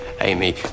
amy